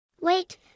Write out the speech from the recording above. Wait